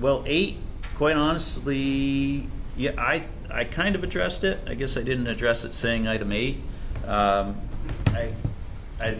well eight quite honestly yet i think i kind of addressed it i guess i didn't address it saying no to me i